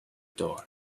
door